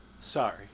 Sorry